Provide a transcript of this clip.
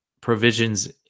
provisions